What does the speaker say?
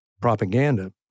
propaganda